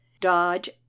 dodge